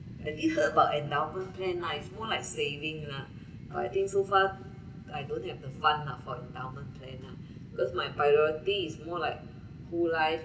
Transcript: have you heard about endowment plan ah it's more like saving lah but I think so far I don't think the fund lah for endowment plan lah because my priority is more like whole life